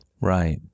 Right